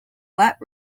wet